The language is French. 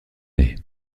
est